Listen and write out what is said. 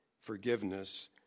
forgiveness